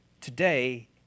Today